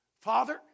Father